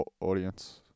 audience